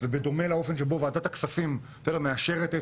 ובדומה לאופן שבו ועדת הכספים מאשרת,